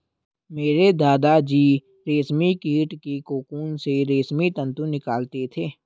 मेरे दादा जी रेशमी कीट के कोकून से रेशमी तंतु निकालते थे